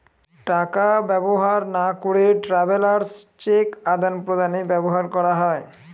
টাকা ব্যবহার না করে ট্রাভেলার্স চেক আদান প্রদানে ব্যবহার করা হয়